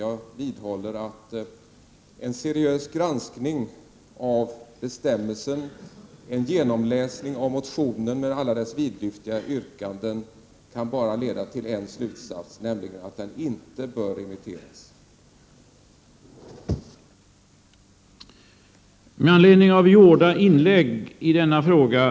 Jag vidhåller att en seriös granskning av bestämmelsen och en genomläsning av motionen med alla dess vidlyftiga yrkanden kan leda till bara en slutsats, nämligen att motionen inte bör remitteras till utskottet.